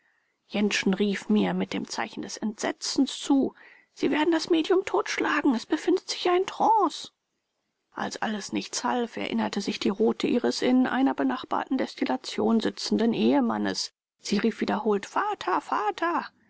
jentsch rief mir mit dem zeichen des entsetzens zu sie werden das medium totschlagen es befindet sich ja im trance als alles nichts half erinnerte sich die rothe ihres in einer benachbarten destillation sitzenden ehemannes sie rief wiederholt vater vater